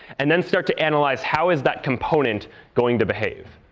and then start to analyze, how is that component going to behave?